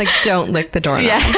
ah don't lick the doorknobs. yeah